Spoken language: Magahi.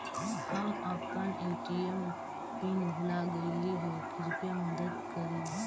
हम अपन ए.टी.एम पीन भूल गईली हे, कृपया मदद करी